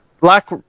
Black